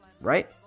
right